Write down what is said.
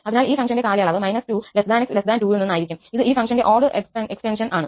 അതിനാൽ ഈ ഫംഗ്ഷന്റെ കാലയളവ് −2 𝑥 2 ൽ നിന്ന് ആയിരിക്കും ഇത് ഈ ഫംഗ്ഷന്റെ ഓഡ്ഡ് എസ്റ്റെന്ഷന് ആണ്